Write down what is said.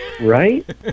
Right